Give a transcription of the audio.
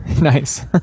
nice